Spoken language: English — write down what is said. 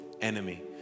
enemy